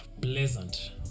Pleasant